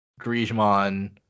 Griezmann